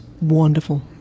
wonderful